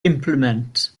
implement